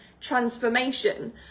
transformation